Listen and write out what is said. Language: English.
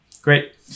Great